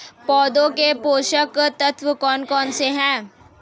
पौधों के पोषक तत्व कौन कौन से हैं?